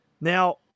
Now